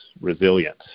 resilience